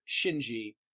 shinji